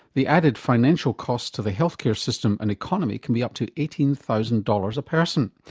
the added financial cost to the health care system and economy can be up to eighteen thousand dollars a person.